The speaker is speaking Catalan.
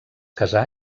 casà